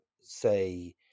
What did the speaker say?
say